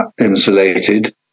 insulated